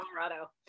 Colorado